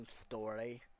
story